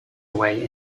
away